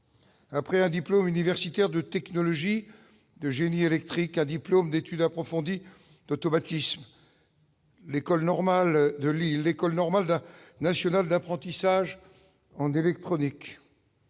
après un diplôme universitaire de technologie de génie électrique à diplôme d'études approfondies d'automatismes, l'École Normale de Lille l'École normale nationale d'apprentissage en électronique.